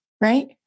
right